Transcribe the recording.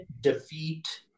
defeat